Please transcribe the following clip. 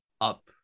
up